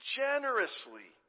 generously